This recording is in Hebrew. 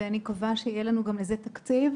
אני מקווה שגם לזה יהיה לנו תקציב.